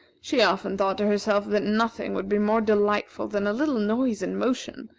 she often thought to herself that nothing would be more delightful than a little noise and motion,